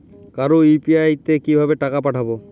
কারো ইউ.পি.আই তে কিভাবে টাকা পাঠাবো?